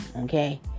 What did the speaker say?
Okay